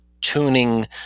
tuning